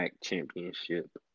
championship